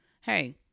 hey